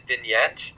vignette